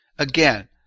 Again